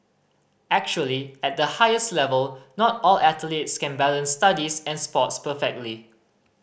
actually at the highest level not all athletes can balance studies and sports perfectly